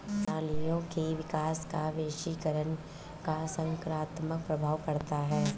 कर प्रणालियों के विकास पर वैश्वीकरण का सकारात्मक प्रभाव पढ़ता है